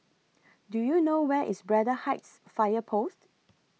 Do YOU know Where IS Braddell Heights Fire Post